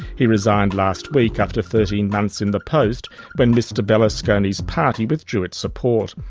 he resigned last week after thirteen months in the post when mr berlusconi's party withdrew its support.